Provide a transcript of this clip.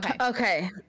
Okay